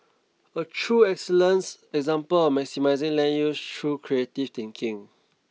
a true excellence example of maximizing land use through creative thinking